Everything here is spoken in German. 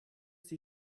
die